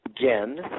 again